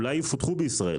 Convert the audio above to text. אולי יפותחו בישראל